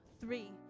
three